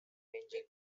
ranging